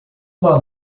uma